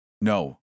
No